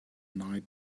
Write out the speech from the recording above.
night